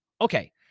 okay